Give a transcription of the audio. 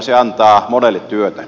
se antaa monelle työtä